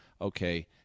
okay